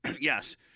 Yes